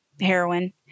heroin